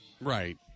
right